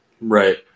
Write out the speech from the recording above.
Right